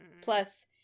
Plus